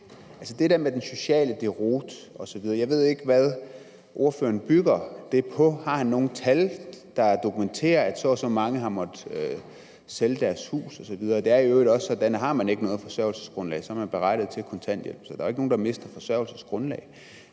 bygger det der med den sociale deroute osv. på. Har han nogle tal, der dokumenterer, at så og så mange har måttet sælge deres huse osv.? Det er i øvrigt også sådan, at har man ikke noget forsørgelsesgrundlag, er man berettiget til kontanthjælp. Så der er ikke nogen, der mister forsørgelsesgrundlaget.